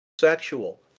sexual